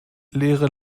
leere